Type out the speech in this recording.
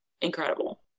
incredible